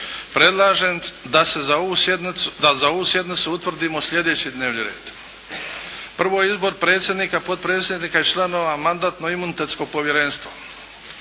Predlažem da za ovu sjednicu utvrdimo sljedeći dnevni red. Prvo, izbor predsjednika, potpredsjednika i članova Mandatno-imunitetskog povjerenstva.